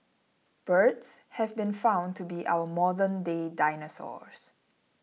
birds have been found to be our modernday dinosaurs